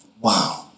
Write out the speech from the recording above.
Wow